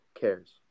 cares